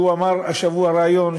שאמר השבוע רעיון,